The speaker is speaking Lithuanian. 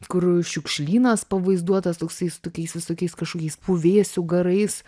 kur šiukšlynas pavaizduotas toksai su tokiais visokiais kažkokiais puvėsių garais